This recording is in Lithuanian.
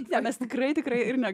ne mes tikrai tikrai ir ne